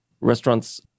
restaurants